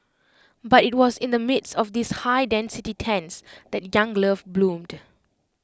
but IT was in the midst of these high density tents that young love bloomed